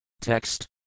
Text